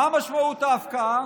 מה משמעות ההפקעה?